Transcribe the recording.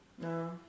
No